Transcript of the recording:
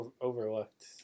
overlooked